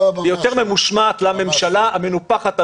יותר ממושמעת לממשלה המנופחת,